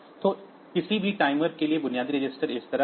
तो किसी भी टाइमर के लिए बुनियादी रजिस्टर इस तरह है